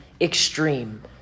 extreme